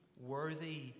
worthy